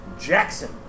Jackson